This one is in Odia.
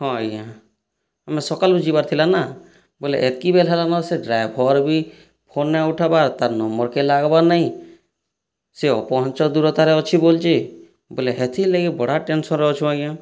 ହଁ ଆଜ୍ଞା ମୁଁ ସକାଲୁ ଯିବାର ଥିଲା ନା ବଲେ ଏତକି ବେଲ୍ ହେଲାନ ସେ ଡ୍ରାଇଭର ବି ଫୋନ ନାଇଁ ଉଠାବାର ତାର ନମ୍ବରକେ ଲାଗବାର ନାଇଁ ସେ ଅପହଞ୍ଚ ଦୂରତାରେ ଅଛି ବଲୁଛି ବଲେ ହେଥିରଲାଗି ବଡ଼ା ଟେନସନରେ ଅଛୁ ଆଜ୍ଞା